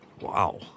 wow